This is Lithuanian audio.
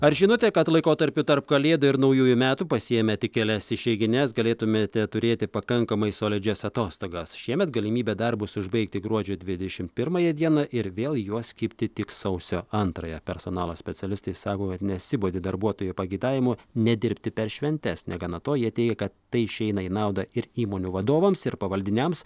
ar žinote kad laikotarpiu tarp kalėdų ir naujųjų metų pasiėmę tik kelias išeigines galėtumėte turėti pakankamai solidžias atostogas šiemet galimybė darbus užbaigti gruodžio dvidešimt pirmąją dieną ir vėl į juos kibti tik sausio antrąją personalas specialistai sako kad nesibodi darbuotojų paagitavimo nedirbti per šventes negana to jie teigia kad tai išeina į naudą ir įmonių vadovams ir pavaldiniams